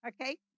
okay